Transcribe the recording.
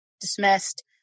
dismissed